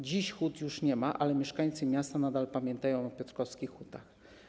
Dziś hut już nie ma, ale mieszkańcy miasta nadal pamiętają o piotrkowskich hutach.